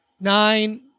Nine